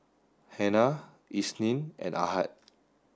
Hana Isnin and Ahad